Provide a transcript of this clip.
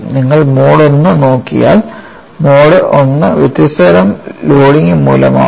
നിങ്ങൾ mode I നോക്കിയാൽ mode Iവ്യത്യസ്ത തരം ലോഡിംഗ് മൂലമാകാം